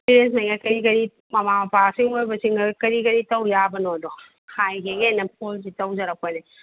ꯄꯦꯔꯦꯟꯒ ꯀꯔꯤ ꯀꯔꯤ ꯃꯃꯥ ꯃꯄꯥꯁꯤꯡ ꯑꯣꯏꯕꯁꯤꯡꯁꯤꯒ ꯀꯔꯤ ꯀꯔꯤ ꯇꯧ ꯌꯥꯕꯅꯣꯗꯣ ꯍꯥꯏꯖꯒꯦꯅ ꯐꯣꯟꯁꯦ ꯇꯧꯖꯔꯛꯄꯅꯦ